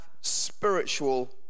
spiritual